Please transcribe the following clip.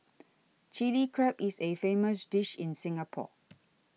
Chilli Crab is a famous dish in Singapore